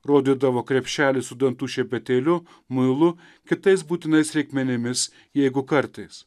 rodydavo krepšelį su dantų šepetėliu muilu kitais būtinais reikmenimis jeigu kartais